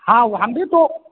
हाँ वह हम भी तो